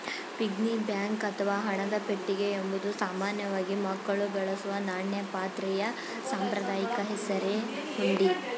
piggy bank ಅಥವಾ ಹಣದ ಪೆಟ್ಟಿಗೆ ಎಂಬುದು ಸಾಮಾನ್ಯವಾಗಿ ಮಕ್ಕಳು ಬಳಸುವ ನಾಣ್ಯ ಪಾತ್ರೆಯ ಸಾಂಪ್ರದಾಯಿಕ ಹೆಸರೇ ಹುಂಡಿ